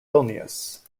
vilnius